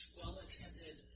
well-attended